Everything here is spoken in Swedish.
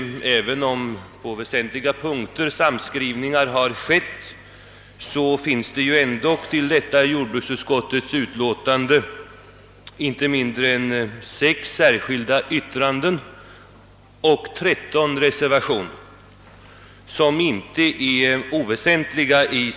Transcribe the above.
även om på väsentliga punkter sammanskrivningar har gjorts finns det vid detta jordbruksutskottets utlåtande inte mindre än 6 särskilda yttranden och 13 reservationer, som inte är oväsentliga.